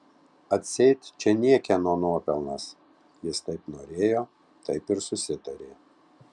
atseit čia niekieno nuopelnas jis taip norėjo taip ir susitarė